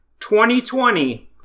2020